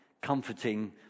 comforting